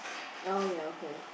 oh ya okay